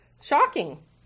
shocking